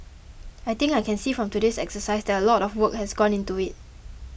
I think I can see from today's exercise that a lot of work has gone into it